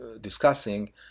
discussing